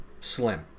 slim